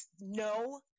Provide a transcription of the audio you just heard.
no